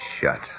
shut